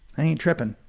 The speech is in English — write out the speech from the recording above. i ain't tripping.